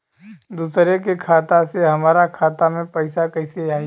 दूसरा के खाता से हमरा खाता में पैसा कैसे आई?